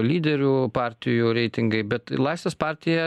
lyderių partijų reitingai bet laisvės partija